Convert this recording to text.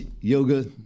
yoga